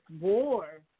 war